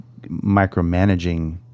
micromanaging